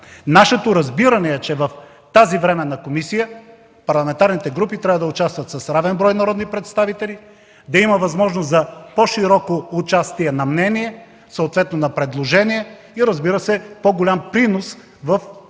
Нашето разбиране е, че в тази временна комисия парламентарните групи трябва да участват с равен брой народни представители, да има възможност за по-широко участие на мнения, съответно на предложения и, разбира се, по-голям принос в